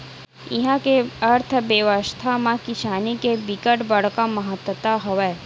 इहा के अर्थबेवस्था म किसानी के बिकट बड़का महत्ता हवय